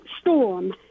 Storm